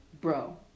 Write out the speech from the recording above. bro